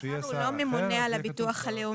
שיהיה שר אחר --- השר הוא לא ממונה על הביטוח הלאומי.